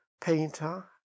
painter